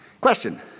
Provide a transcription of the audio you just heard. Question